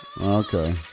Okay